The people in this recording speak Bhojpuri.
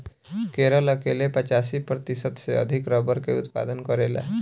केरल अकेले पचासी प्रतिशत से अधिक रबड़ के उत्पादन करेला